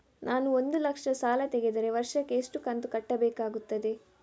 ನಾನು ಒಂದು ಲಕ್ಷ ಸಾಲ ತೆಗೆದರೆ ವರ್ಷಕ್ಕೆ ಎಷ್ಟು ಕಂತು ಕಟ್ಟಬೇಕಾಗುತ್ತದೆ?